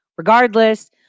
regardless